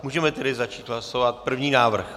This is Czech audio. Můžeme tedy začít hlasovat první návrh.